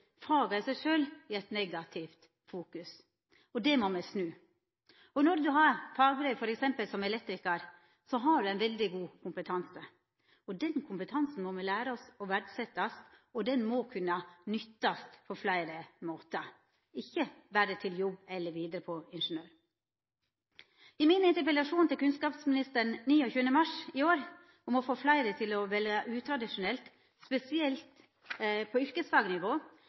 i seg sjølve får eit negativt fokus. Det må me snu. Når ein f.eks. har fagbrev som elektrikar, har ein ein veldig god kompetanse. Den kompetansen må me læra oss å verdsetja, og han må kunna nyttast på fleire måtar, ikkje berre til jobb eller vidare til ingeniør. I min interpellasjon til kunnskapsministeren den 29. mars i år, om å få fleire til å velja utradisjonelt, spesielt på